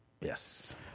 Yes